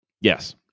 Yes